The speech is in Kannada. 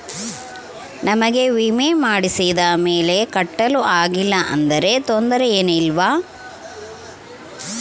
ನಮಗೆ ವಿಮೆ ಮಾಡಿಸಿದ ಮೇಲೆ ಕಟ್ಟಲು ಆಗಿಲ್ಲ ಆದರೆ ತೊಂದರೆ ಏನು ಇಲ್ಲವಾ?